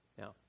Now